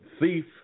thief